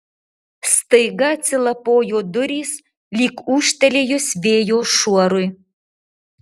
staiga atsilapojo durys lyg ūžtelėjus vėjo šuorui